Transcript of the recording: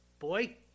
Boy